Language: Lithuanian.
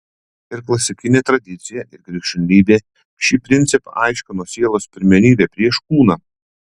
ir klasikinė tradicija ir krikščionybė šį principą aiškino sielos pirmenybe prieš kūną